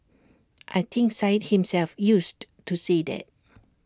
I think Syed himself used to say that